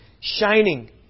shining